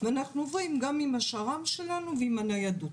ואנחנו עוברים גם עם השר"מ שלנו ועם הניידות.